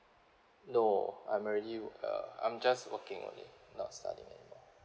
no I'm already uh I'm just working only not studying